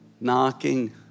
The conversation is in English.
knocking